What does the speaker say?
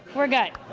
we're good.